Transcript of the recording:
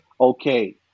okay